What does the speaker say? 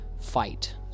fight